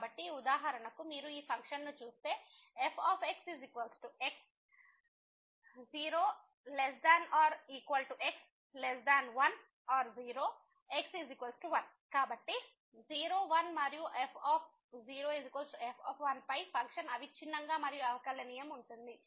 కాబట్టి ఉదాహరణకు మీరు ఈ ఫంక్షన్ను చూస్తే fxx 0≤x1 0 x1 కాబట్టి 0 1 మరియు f f పై ఫంక్షన్ అవిచ్ఛిన్నంగా మరియు అవకలనియమం ఉంటుంది